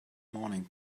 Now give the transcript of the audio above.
morning